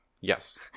Yes